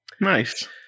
Nice